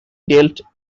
dealt